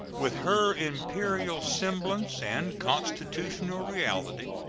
with her imperial semblance and constitutional reality,